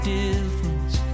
difference